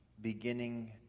beginning